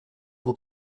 will